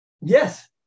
Yes